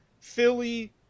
Philly